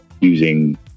using